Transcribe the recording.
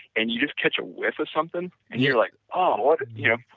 and you just catch a whiff of something and you're like, ah, what, you